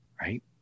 right